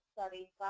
study